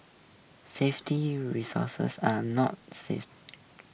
safety resources are not safe